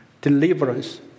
deliverance